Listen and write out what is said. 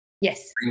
Yes